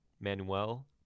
manuel